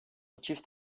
çift